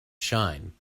shine